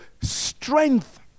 strength